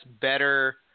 better